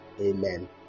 Amen